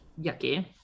yucky